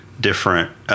different